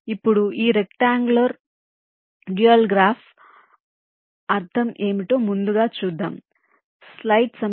ఇప్పుడు ఈ rectangular dual అర్థం ఏమిటో ముందుగా చూద్దాం